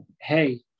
hey